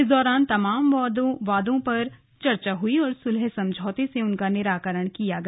इस दौरान तमाम वादों पर चर्चा हुई और सुलह समझौते से उनका निराकरण किया गया